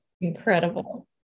Incredible